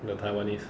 the taiwanese